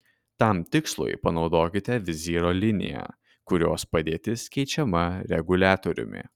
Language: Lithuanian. tam tikslui panaudokite vizyro liniją kurios padėtis keičiama reguliatoriumi